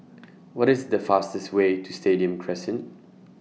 What IS The fastest Way to Stadium Crescent